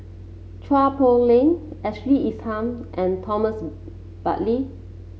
Chua Poh Leng Ashley Isham and Thomas Braddell